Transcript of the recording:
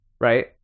right